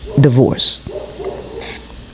Divorce